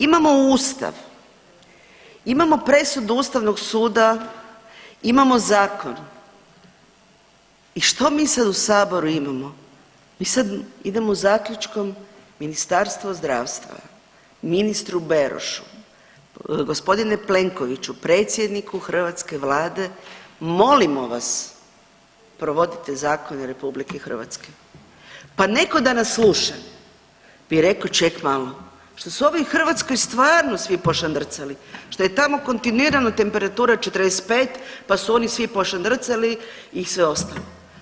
Imamo Ustav, imamo presudu Ustavnog suda, imamo zakon i što mi sad u saboru imamo i sad idemo zaključkom Ministarstvo zdravstva, ministru Berošu, gospodinu Plenkoviću predsjedniku hrvatske vlade molimo vas provodite zakone RH, pa neko da nas sluša bi reko ček malo što su ovi u Hrvatskoj stvarno svi pošandrcali, što je tamo kontinuirano temperatura 45 pa su oni svi pošandrcali i sve ostalo.